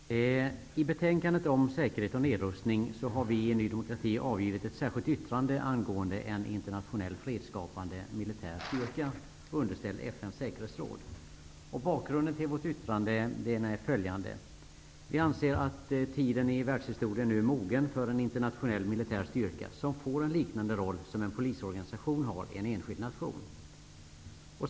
Herr talman! I betänkandet om säkerhet och nedrustning har vi i Ny demokrati fogat ett särskilt yttrande till betänkandet angående en internationell fredsskapande militär styrka underställd FN:s säkerhetsråd. Bakgrunden till vårt yttrande är följande: Vi anser att tiden i världshistorien är mogen för en internationell militär styrka som får en roll som liknar den som en polisorganisation har i en enskild nation.